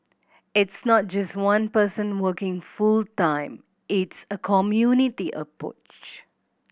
it's not just one person working full time it's a community approach